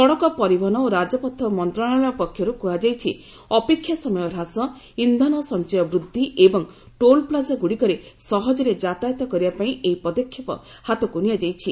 ସଡ଼କ ପରିବହନ ଓ ରାଜପଥ ମନ୍ତ୍ରଣାଳୟ ପକ୍ଷରୁ କୁହାଯାଇଛି ଅପେକ୍ଷା ସମୟ ହ୍ରାସ ଇନ୍ଧନ ସଞ୍ଚୟ ବୃଦ୍ଧି ଏବଂ ଟୋଲ୍ ପ୍ଲାଜାଗୁଡ଼ିକରେ ସହଜରେ ଯାତାୟତ କରିବାପାଇଁ ଏହି ପଦକ୍ଷେପ ହାତକୁ ନିଆଯାଇଛି